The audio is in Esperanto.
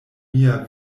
mia